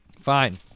Fine